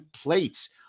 plates